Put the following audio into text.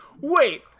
wait